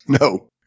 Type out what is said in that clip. No